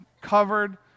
covered